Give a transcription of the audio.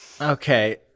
Okay